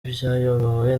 byayobowe